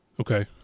Okay